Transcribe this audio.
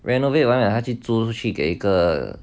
renovate 完了他去租去给一个